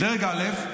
דרג א',